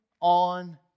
on